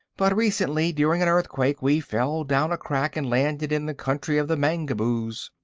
but recently, during an earthquake, we fell down a crack and landed in the country of the mangaboos.